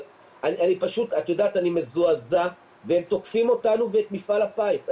אני מזועזע והם תוקפים אותנו ואת מפעל הפיס.